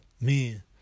men